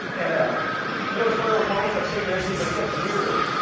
and ah yeah it was one of those moments of synchronicity. but it gets weirder.